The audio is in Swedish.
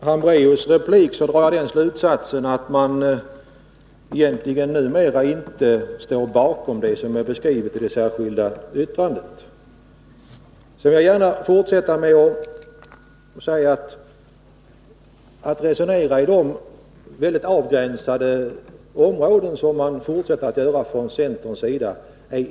Herr talman! Av fru Hambraeus replik drar jag slutsatsen att man numera egentligen inte står bakom det som är skrivet i det särskilda yttrandet. Jag vill gärna säga att det icke är meningsfullt att resonera om de väldigt avgränsade områden som man fortsätter att göra från centerns sida.